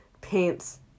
paints